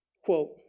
quote